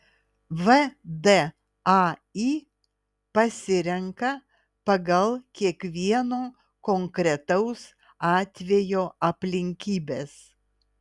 vdai pasirenka pagal kiekvieno konkretaus atvejo aplinkybes